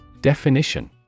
Definition